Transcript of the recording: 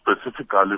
specifically